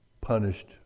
punished